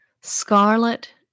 scarlet